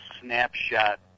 snapshot